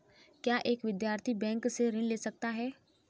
क्या एक विद्यार्थी बैंक से ऋण ले सकता है?